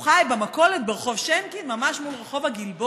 הוא חי במכולת ברחוב שינקין, ממש מול רחוב הגלבוע.